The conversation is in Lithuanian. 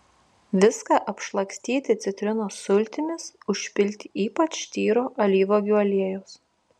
viską apšlakstyti citrinos sultimis užpilti ypač tyro alyvuogių aliejaus